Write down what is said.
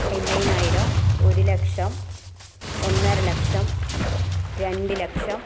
അൻപതിനായിരം ഒരു ലക്ഷം ഒന്നര ലക്ഷം രണ്ട് ലക്ഷം